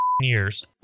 years